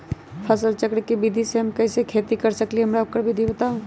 फसल चक्र के विधि से हम कैसे खेती कर सकलि ह हमरा ओकर विधि बताउ?